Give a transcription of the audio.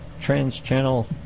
trans-channel